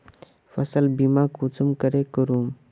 फसल बीमा कुंसम करे करूम?